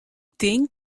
tink